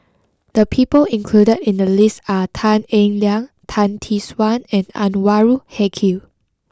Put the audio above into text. the people included in the list are Tan Eng Liang Tan Tee Suan and Anwarul Haque